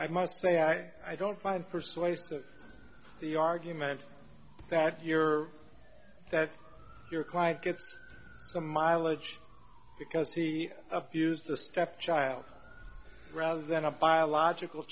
i must say i i don't find persuasive the argument that you're that your clive gets some mileage because he refused to step child rather than a biological